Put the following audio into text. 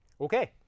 Okay